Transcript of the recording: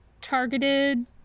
targeted